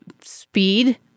speed